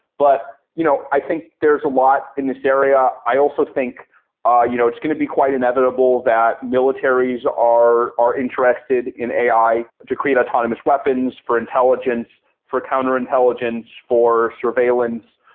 but you know i think there's a lot in this area. i also think ah you know it's going to be quite inevitable that militaries are are interested in ai to create autonomous weapons for intelligence, for counterintelligence, for surveillance.